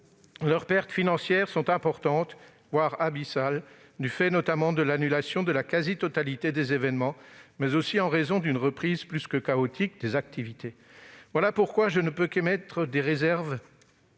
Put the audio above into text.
Leurs pertes financières sont importantes, voire abyssales, du fait notamment de l'annulation de la quasi-totalité des événements, mais aussi en raison d'une reprise plus que chaotique des activités. C'est la raison pour laquelle, comme nombre